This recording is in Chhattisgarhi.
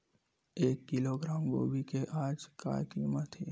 एक किलोग्राम गोभी के आज का कीमत हे?